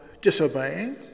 disobeying